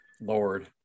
Lord